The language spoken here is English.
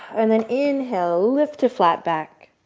and then inhale, lift to flat back.